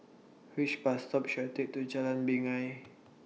Which Bus stop should I Take to Jalan Binjai